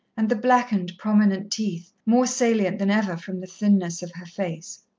and the blackened, prominent teeth, more salient than ever from the thinness of her face.